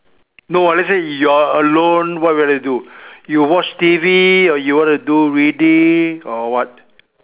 no let's say you're alone what you want to do you watch T_V or you wanna do reading or what